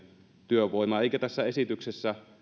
työvoimaa eikä tässä esityksessä